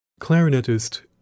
clarinetist